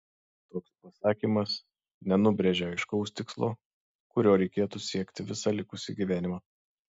toks pasakymas nenubrėžia aiškaus tikslo kurio reikėtų siekti visą likusį gyvenimą